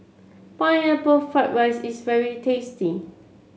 Pineapple Fried Rice is very tasty